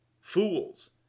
Fools